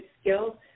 skills